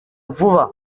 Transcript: vuba